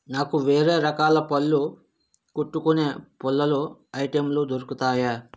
నాకు వేరే రకాల పళ్ళు కుట్టుకొనే పుల్లలు ఐటెంలు దొరుకుతాయా